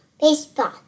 baseball